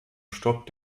stop